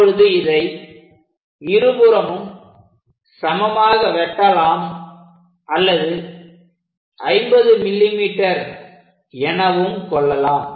இப்பொழுது இதை இருபுறமும் சமமாக வெட்டலாம் அல்லது 50 mm எனவும் கொள்ளலாம்